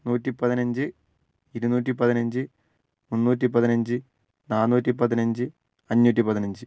നൂറ്റി പതിനഞ്ച് ഇരുന്നൂറ്റി പതിനഞ്ച് മുന്നൂറ്റി പതിനഞ്ച് നാനൂറ്റി പതിനഞ്ച് അഞ്ഞൂറ്റി പതിനഞ്ച്